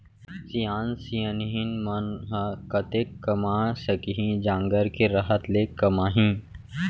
सियान सियनहिन मन ह कतेक कमा सकही, जांगर के रहत ले कमाही